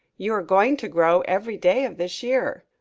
you are going to grow every day of this year.